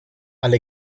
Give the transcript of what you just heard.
alle